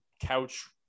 couch